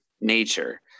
nature